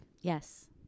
Yes